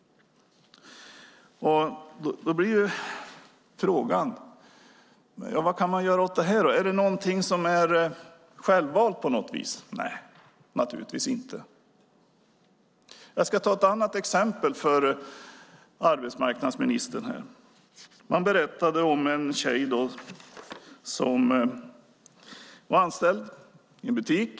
Då blir frågan: Vad kan man göra åt det här? Är det självvalt på något sätt? Nej, naturligtvis inte. Jag ska ta ett annat exempel för arbetsmarknadsministern. Man berättade om en tjej som var anställd i en butik.